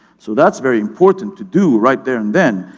so, that's very important to do, right there and then.